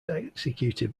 executed